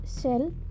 shell